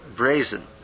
brazen